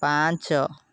ପାଞ୍ଚ